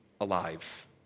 alive